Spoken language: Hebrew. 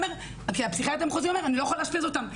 כי הפסיכיאטר המחוזי אומר אני לא יכול לאשפז אותם.